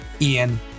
Ian